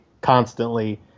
constantly